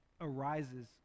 arises